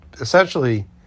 essentially